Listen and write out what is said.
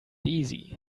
easy